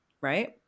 right